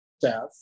staff